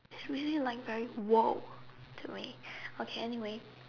it's really like a very !woah! to me okay anyway